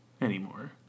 Anymore